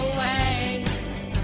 waves